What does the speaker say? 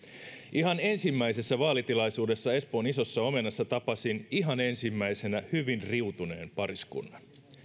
ensimmäisessä vaalitilaisuudessa espoon isossa omenassa tapasin ihan ensimmäisenä hyvin riutuneen pariskunnan